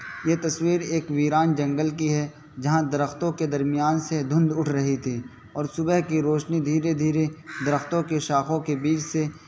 یہ تصویر ایک ویران جنگل کی ہے جہاں درختوں کے درمیان سے دھند اٹھ رہی تھی اور صبح کی روشنی دھیرے دھیرے درختوں کے شاخوں کے بیچ سے